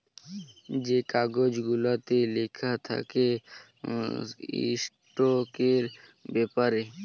যে কাগজ গুলাতে লিখা থ্যাকে ইস্টকের ব্যাপারে